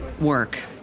work